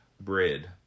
bread